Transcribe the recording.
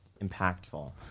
impactful